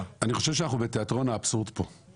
ערעורה של חברת הכנסת אורית מלכה סטרוק על החלטת